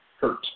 hurt